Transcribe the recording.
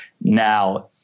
now